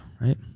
right